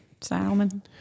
Salmon